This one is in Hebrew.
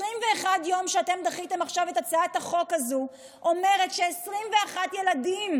21 יום שאתם דחיתם עכשיו את הצעת החוק הזו אומרים ש-21 ילדים,